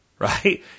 Right